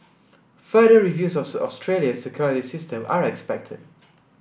further reviews of Australia's security system are expected